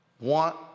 Want